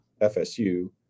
FSU